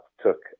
took